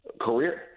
career